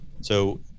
So-